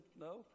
No